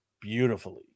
beautifully